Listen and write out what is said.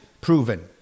proven